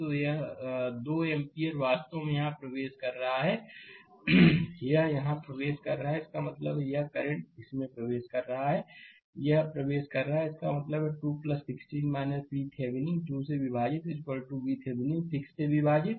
तो 2 एम्पीयर वास्तव में यहां प्रवेश कर रहे हैं यह यहां प्रवेश कर रहा है इसका मतलब है यह करंट इस में प्रवेश कर रहा है यह प्रवेश कर रहा है इसका मतलब है 2 16 VThevenin 2 से विभाजित VThevenin 6 से विभाजित